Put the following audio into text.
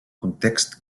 context